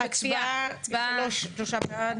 שלושה בעד.